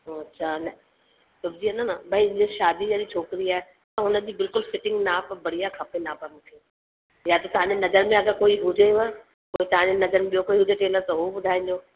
अच्छा सिबजी वेंदो न भई ॾिसु शादी जहिड़ी छोकरी आहे त हुन जी बिल्कुलु फिटिंग नाप बढ़िया खपे नाप मूंखे या त तव्हांजे नज़र में अगरि कोई हुजेव पोइ तव्हांजे नज़र में ॿियो कोई हुजे टेलर त उहो ॿुधाइजो